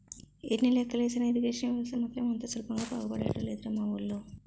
ఎన్ని లెక్కలు ఏసినా ఇరిగేషన్ వ్యవస్థ మాత్రం అంత సులభంగా బాగుపడేటట్లు లేదురా మా వూళ్ళో